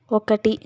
ఒకటి